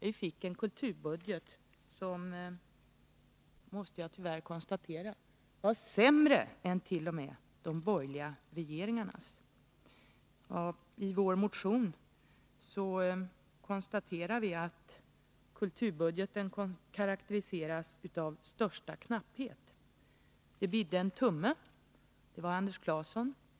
Vi fick en kulturbudget som — det måste jag tyvärr konstatera — var sämre än t.o.m. de borgerliga regeringarnas. I vår motion konstaterar vi att kulturbudgeten karakteriseras av största knapphet. ”Det bidde en tumme” .